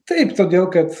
taip todėl kad